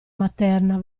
materna